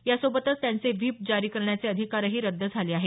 यासोबतच त्यांचे व्हीप जारी करण्याचे अधिकारही रद्द झाले आहेत